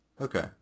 Okay